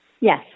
Yes